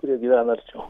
kurie gyvena arčiau